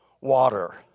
water